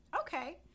Okay